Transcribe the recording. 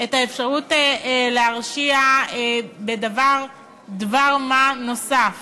את האפשרות להרשיע בדבר-מה נוסף,